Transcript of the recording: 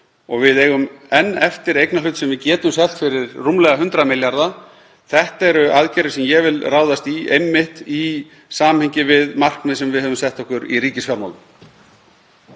og við eigum enn eftir eignarhlut sem við getum selt fyrir rúmlega 100 milljarða. Þetta eru aðgerðir sem ég vil ráðast í, einmitt í samhengi við markmið sem við höfum sett okkur í ríkisfjármálum.